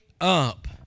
up